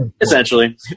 essentially